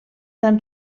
tan